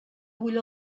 bull